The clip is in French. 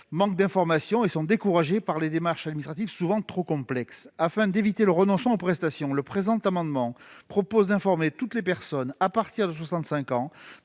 manquent d'informations et sont découragées par des démarches administratives souvent trop complexes. Afin d'éviter le renoncement aux prestations, le présent amendement vise à informer toutes les personnes à partir de 65 ans